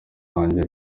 wanjye